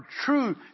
true